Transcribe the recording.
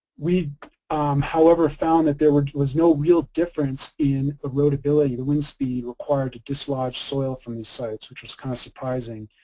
we however found that there was no real difference in erodibility, the wind speed required to dislodge soil from these sites which was kind of surprising.